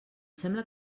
sembla